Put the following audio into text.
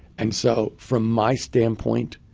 and so from my standpoint,